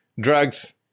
drugs